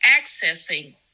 accessing